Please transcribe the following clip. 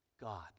God